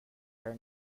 her